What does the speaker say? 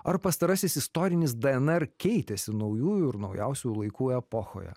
ar pastarasis istorinis dnr keitėsi naujųjų ir naujausių laikų epochoje